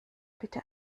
bitte